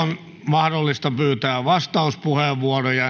mahdollista pyytää vastauspuheenvuoroja